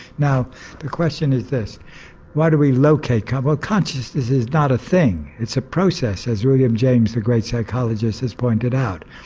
now the question is this why do we locate? well kind of ah consciousness is not a thing it's a process as william james the great psychologist has pointed out,